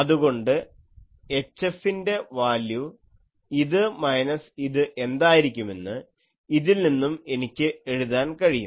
അതുകൊണ്ട് HFൻ്റെ വാല്യൂ ഇത് മൈനസ് ഇത് എന്തായിരിക്കുമെന്ന് ഇതിൽ നിന്നും എനിക്ക് എഴുതാൻ കഴിയും